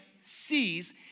sees